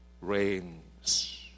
reigns